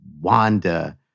Wanda